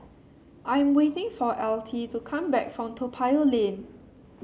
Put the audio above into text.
I am waiting for Altie to come back from Toa Payoh Lane